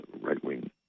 right-wing